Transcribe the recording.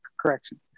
correction